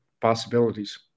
possibilities